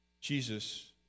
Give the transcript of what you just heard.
Jesus